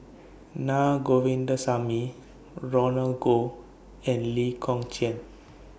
Naa Govindasamy Roland Goh and Lee Kong Chian